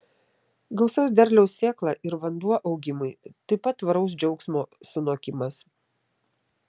gausaus derliaus sėkla ir vanduo augimui taip pat tvaraus džiaugsmo sunokimas